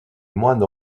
moines